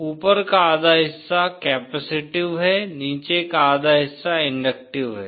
ऊपर का आधा हिस्सा कैपेसिटिव है नीचे का आधा हिस्सा इंडक्टिव है